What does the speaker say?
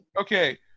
Okay